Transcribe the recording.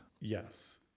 Yes